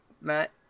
Matt